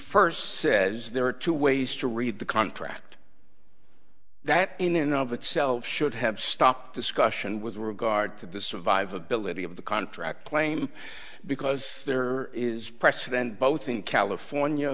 first says there are two ways to read the contract that in and of itself should have stopped discussion with regard to the survivability of the contract claim because there is precedent both in california